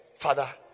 father